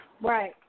Right